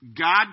God